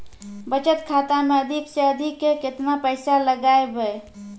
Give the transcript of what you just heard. बचत खाता मे अधिक से अधिक केतना पैसा लगाय ब?